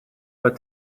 but